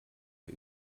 der